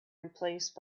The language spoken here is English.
replaced